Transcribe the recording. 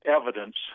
evidence